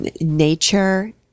nature